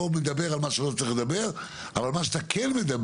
מדבר על מה שלא צריך לדבר אבל מה שאתה כן מדבר